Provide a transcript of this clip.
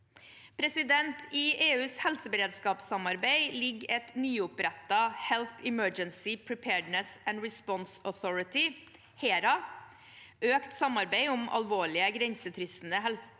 I EUs helseberedskapssamarbeid ligger et nyopprettet Health Emergency Preparedness and Response Authority, HERA, økt samarbeid om alvorlige grensekryssende helsetrusler samt